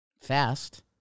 fast